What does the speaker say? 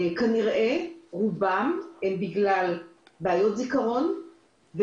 כנראה שרובם בגלל בעיות זיכרון,